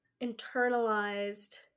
internalized